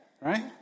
Right